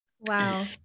Wow